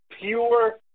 pure